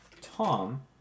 Tom